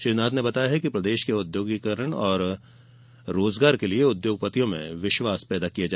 श्री नाथ ने बताया कि प्रदेश के औद्योगीकरण और रोजगार के लिए उद्योगपतियों में विश्वास पैदा किया जा रहा है